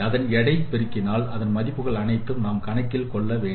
அதன் எடைகளை பெருக்கினாள் அதன் மதிப்புகள் அனைத்தும் நாம் கணக்கில் எடுத்துக் கொள்வோம்